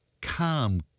calm